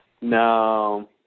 No